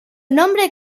nombre